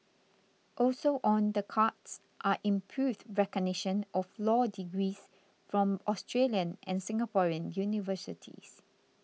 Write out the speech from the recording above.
also on the cards are improved recognition of law degrees from Australian and Singaporean universities